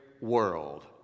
world